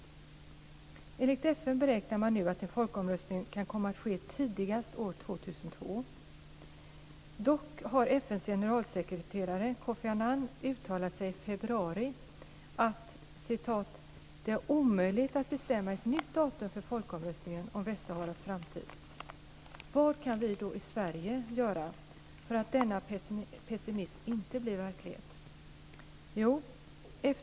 Enligt FN beräknar man nu att en folkomröstning kan komma att ske tidigast år 2002. Dock har FN:s generalsekreterare, Kofi Annan, i februari uttalat att det är omöjligt att bestämma ett nytt datum för folkomröstningen om Västsaharas framtid. Vad kan då vi i Sverige göra för att denna pessimism inte blir verklighet?